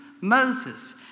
Moses